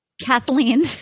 Kathleen